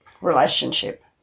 relationship